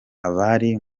abari